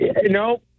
No